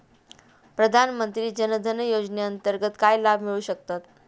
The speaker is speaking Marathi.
प्रधानमंत्री जनधन योजनेअंतर्गत काय लाभ मिळू शकतात?